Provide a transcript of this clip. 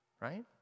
right